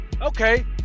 okay